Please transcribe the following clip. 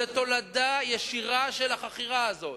זה תולדה ישירה של החכירה הזאת,